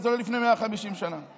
תגיד אתה.